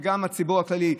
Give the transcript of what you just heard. גם בציבור הכללי,